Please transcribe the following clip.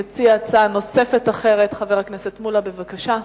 יציע הצעה נוספת אחרת חבר הכנסת מולה, בבקשה.